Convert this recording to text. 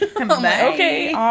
Okay